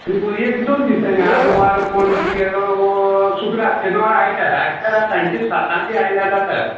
एक दोन दिसांक आज वार कोण तुगे गो शुक्र शेनवार आयतार आयल्या सांची सातान बी आयल्या जाता